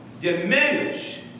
diminish